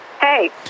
Hey